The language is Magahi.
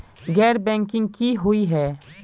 गैर बैंकिंग की हुई है?